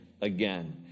again